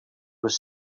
was